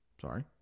sorry